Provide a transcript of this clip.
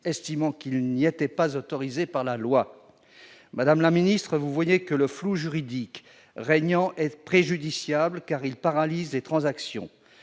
estimant qu'il n'y était pas autorisé par la loi. Madame la ministre, vous voyez que le flou juridique régnant est préjudiciable, car il paralyse les transactions.